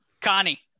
Connie